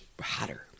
hotter